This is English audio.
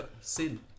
Sin